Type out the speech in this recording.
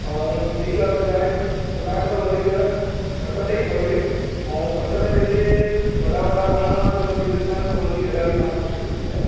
ऐं ॿी ॻाल्हि त छा आहे उगाइणु त वधीक पट ते ई खपे ऐं पट में जेके वॾा वॾा वणु वण बि सभु थी सघंदा आहिनि त हुनजी हरियाली जाम सुठी मिलंदी आहे